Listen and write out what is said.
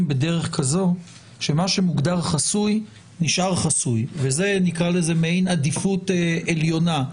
בדרך כזו שמה שמוגדר חסוי נשאר חסוי וזה מעין עדיפות עליונה.